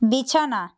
বিছানা